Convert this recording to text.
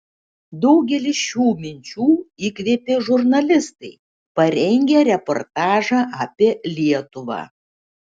daugelį šių minčių įkvėpė žurnalistai parengę reportažą apie lietuvą